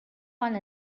one